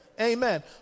amen